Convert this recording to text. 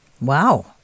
Wow